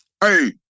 Hey